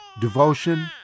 devotion